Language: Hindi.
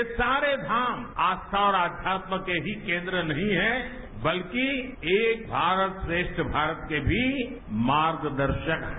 ये सारे धाम आस्था और आध्यात्म के ही केन्द्र नहीं है बल्कि एक भारत और श्रेष्ठ भारत के भी मार्गदर्शक है